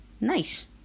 Nice